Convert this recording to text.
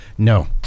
No